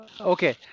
Okay